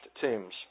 tombs